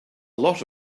lot